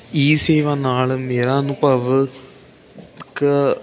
ਈ ਸੇਵਾ ਨਾਲ ਮੇਰਾ ਅਨੁਭਵ ਕ